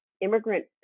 immigrant